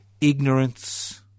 Ignorance